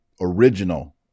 original